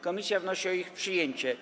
Komisja wnosi o ich przyjęcie.